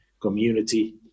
community